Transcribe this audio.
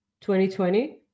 2020